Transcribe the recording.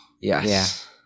Yes